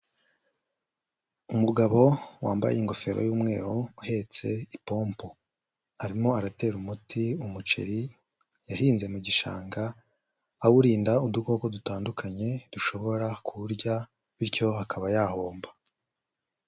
Umugabo wambaye ingofero y'umweru uhetse ipompo, arimo aratera umuti umuceri yahinze mu gishanga awurinda udukoko dutandukanye dushobora kuwurya bityo akaba yahomba.